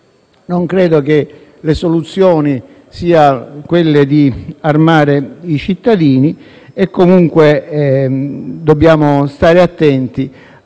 Non credo che la soluzione sia quella di armare i cittadini e, comunque, dobbiamo stare attenti